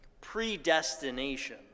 predestination